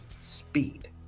speed